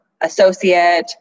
associate